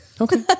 Okay